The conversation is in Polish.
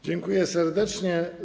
Dziękuję serdecznie.